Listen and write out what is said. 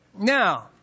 Now